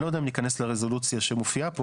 אני לא יודע אם להיכנס לרזולוציה שמופיעה פה,